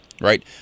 right